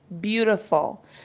beautiful